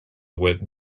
web